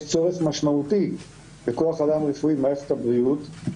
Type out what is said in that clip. צורך משמעותי בכוח אדם רפואי במערכת הבריאות,